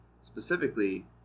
specifically